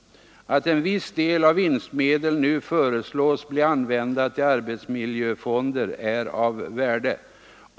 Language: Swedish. Att en viss del av vinstmedel nu föreslås bli använda till arbetsmiljöfonder är av värde.